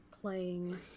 playing